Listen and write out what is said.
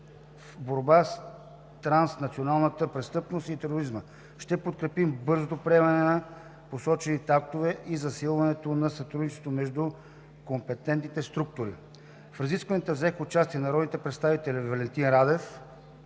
в борбата с транснационалната престъпност и тероризма. Ще подкрепим бързото приемане на посочените актове и засилването на сътрудничеството между компетентните структури. В разискванията взеха участие народните представители Валентин Радев